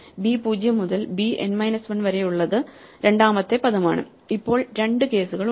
b 0 മുതൽ bn minus 1 വരെയുള്ളത് രണ്ടാമത്തെ പദമാണ് ഇപ്പോൾ രണ്ട് കേസുകളുണ്ട്